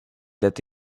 that